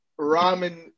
ramen